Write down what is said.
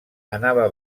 anava